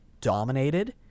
dominated